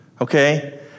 okay